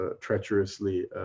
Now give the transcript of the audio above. treacherously